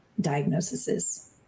diagnoses